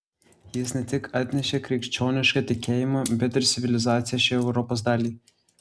jis ne tik atnešė krikščionišką tikėjimą bet ir civilizaciją šiai europos daliai